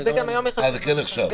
זה נחשב ניסיון.